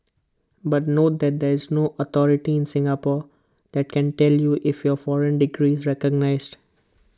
but note that there is no authority in Singapore that can tell you if your foreign degree is recognised